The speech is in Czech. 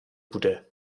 bude